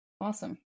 Awesome